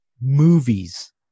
movies